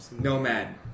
Nomad